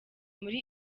muri